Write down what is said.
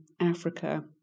Africa